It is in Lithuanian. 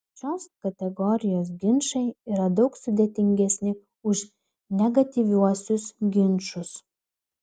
šios kategorijos ginčai yra daug sudėtingesni už negatyviuosius ginčus